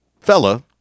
Fella